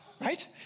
right